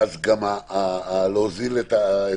ואז גם להוזיל את העלות.